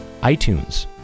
iTunes